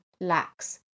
lacks